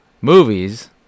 movies